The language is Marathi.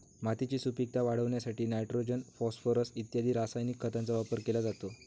मातीची सुपीकता वाढवण्यासाठी नायट्रोजन, फॉस्फोरस इत्यादी रासायनिक खतांचा वापर केला जातो